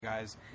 guys